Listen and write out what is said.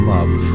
Love